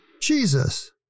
Jesus